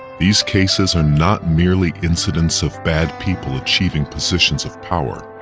these cases are not merely incidents of bad people achieving positions of power.